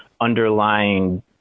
underlying